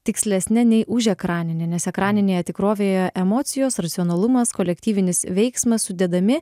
tikslesne nei užekraninė nes ekraninėje tikrovėje emocijos racionalumas kolektyvinis veiksmas sudedami